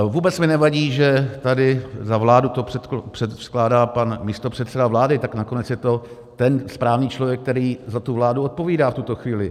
Vůbec mi tady nevadí, že za vládu to předkládá pan místopředseda vlády, tak nakonec je to ten správný člověk, který za tu vládu odpovídá v tuto chvíli.